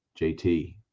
JT